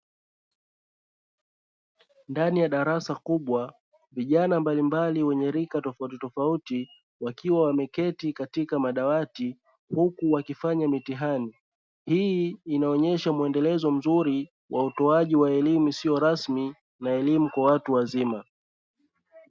Ndani ya darasa kubwa vijana mbalimbali wenye rika tofautitofauti wakiwa wameketi katika madawati huku wakifanya mitihani. Hii inaonyesha muendelezo mzuri wa utoaji elimu isiyo rasmi na elimu kwa watu wazima.